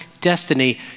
destiny